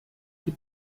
die